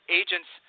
agents